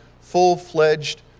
full-fledged